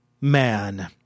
man